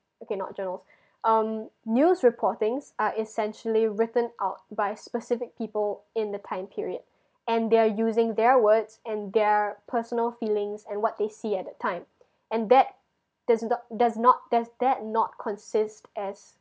okay not journals um news reporting are essentially written out by specific people in the time period and they're using their words and their personal feelings and what they see at that time and that does n~ does not does that not consist as